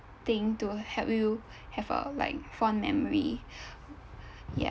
thing to help you have a like fond memory ya